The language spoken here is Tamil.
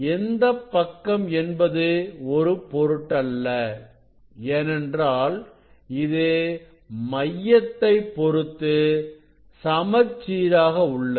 எந்தப் பக்கம் என்பது ஒரு பொருட்டல்ல ஏனென்றால் இது மையத்தைப் பொறுத்து சமச்சீராக உள்ளது